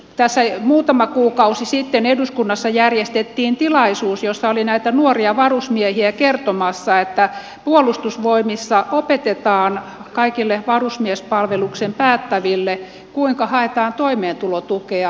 tässä muutama kuukausi sitten eduskunnassa järjestettiin tilaisuus jossa oli näitä nuoria varusmiehiä kertomassa että puolustusvoimissa opetetaan kaikille varusmiespalveluksen päättäville kuinka haetaan toimeentulotukea sosiaalitoimistoista